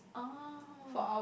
ah